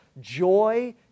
joy